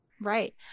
Right